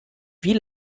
wie